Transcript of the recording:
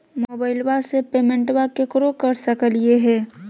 मोबाइलबा से पेमेंटबा केकरो कर सकलिए है?